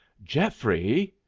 geoffrey!